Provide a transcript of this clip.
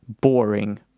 boring